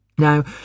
Now